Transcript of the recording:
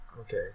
Okay